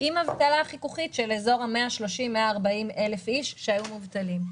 עם אבטלה חיכוכית באזור ה-130,000 140,000 אנשים שהיו מובטלים.